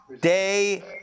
day